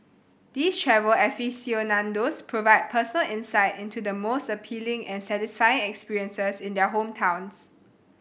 these travel aficionados provide personal insight into the most appealing and satisfying experiences in their hometowns